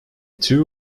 two